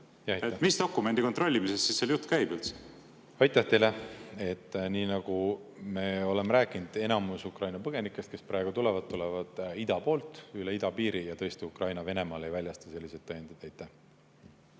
Mis dokumendi kontrollimisest seal siis jutt käib üldse? Aitäh teile! Nii nagu me oleme rääkinud, enamus Ukraina põgenikest, kes praegu tulevad, tulevad ida poolt, üle idapiiri. Ja tõesti Ukraina Venemaal ei väljasta selliseid tõendeid.